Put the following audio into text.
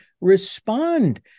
respond